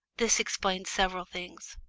this explained several things.